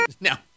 Now